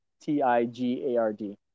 T-I-G-A-R-D